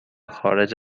خارج